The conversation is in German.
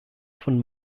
von